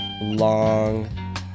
long